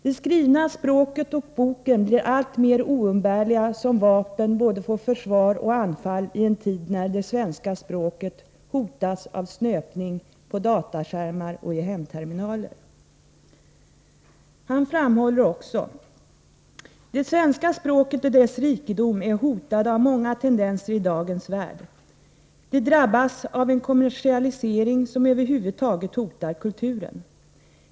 Det skrivna språket och boken blir alltmera oumbärliga som vapen både för försvar och anfall i en tid när det svenska språket hotas av snöpning på dataskärmar och i hemterminaler.” Han framhåller också: ”Det svenska språket och dess rikedom är hotade av många tendenser i dagens värld. Det drabbas av en kommersialisering som över huvud taget hotar kulturen.